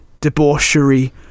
debauchery